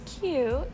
Cute